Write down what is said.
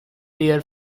their